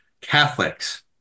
Catholics